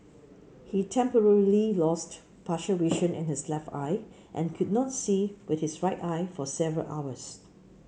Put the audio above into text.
he temporarily lost partial vision in his left eye and could not see with his right eye for several hours